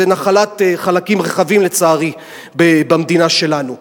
לצערי, זו נחלת חלקים רבים במדינה שלנו.